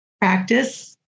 practice